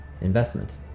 investment